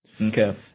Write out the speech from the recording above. okay